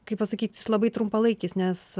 kaip pasakyt labai trumpalaikis nes